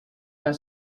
der